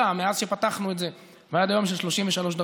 מאז שפתחנו את זה ועד היום אנחנו בממוצע של 33 דקות,